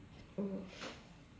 oh